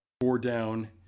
four-down